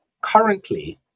Currently